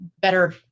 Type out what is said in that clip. better